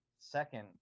Second